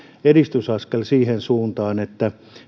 edistysaskel siihen suuntaan että